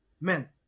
men